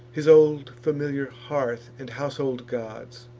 his old familiar hearth and household gods.